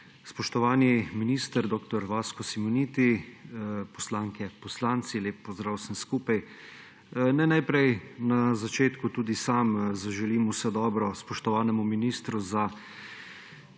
Spoštovani minister dr. Vasko Simoniti, poslanke in poslanci, lep pozdrav vsem skupaj! Naj na začetku tudi sam zaželim vse dobro spoštovanemu ministru za